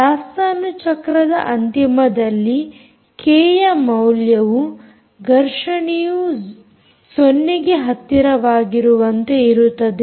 ದಾಸ್ತಾನು ಚಕ್ರದ ಅಂತಿಮದಲ್ಲಿ ಕೆಯ ಮೌಲ್ಯವು ಘರ್ಷಣೆಯು 0ಗೆ ಹತ್ತಿರವಾಗಿರುವಂತೆ ಇರುತ್ತದೆ